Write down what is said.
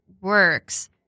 works